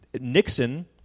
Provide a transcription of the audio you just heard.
Nixon